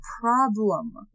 problem